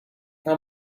how